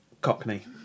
Cockney